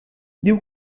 diu